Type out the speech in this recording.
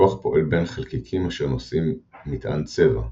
הכוח פועל בין חלקיקים אשר נושאים "מטען צבע"